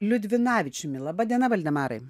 liudvinavičiumi laba diena valdemarai